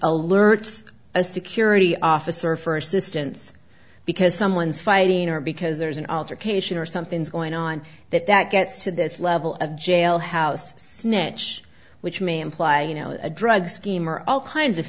alerts a security officer for assistance because someone's fighting or because there's an altercation or something's going on that that gets to this level of jailhouse snitch which may imply you know a drug scheme or all kinds of